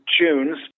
tunes